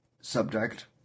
Subject